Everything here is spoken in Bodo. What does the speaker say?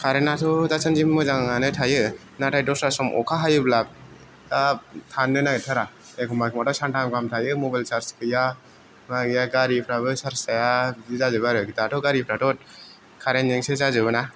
कारेन्तआथ' दासान्दि मोजाङानो थायो नाथाय दस्रा सम अखा हायोब्ला हाब थानोनो नागिरथारा एखम्बा एखम्बाथ' सानथाम गाहाम थायो मबाइल सार्ज गैया मा गैया गारिफ्राबो सार्जा बिदि जाजोबो आरो दाथ' गारिफ्राथ' कारेन्तजोंसो जाजोबो ना